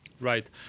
Right